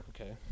Okay